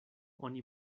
oni